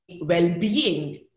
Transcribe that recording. well-being